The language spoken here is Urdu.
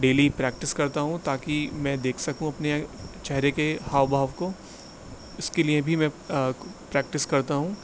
ڈیلی پریکٹس کرتا ہوں تاکہ میں دیکھ سکوں اپنے چہرے کے ہاؤ بھاؤ کو اس کے لیے بھی میں پریکٹس کرتا ہوں